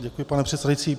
Děkuji, pane předsedající.